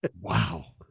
wow